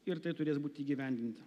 ir tai turės būti įgyvendinta